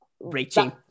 reaching